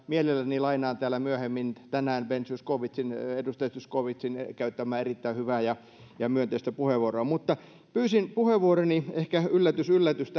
mielelläni lainaan täällä myöhemmin tänään edustaja ben zyskowiczin käyttämää erittäin hyvää ja ja myönteistä puheenvuoroa pyysin puheenvuoroni ehkä yllätys yllätys